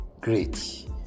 Great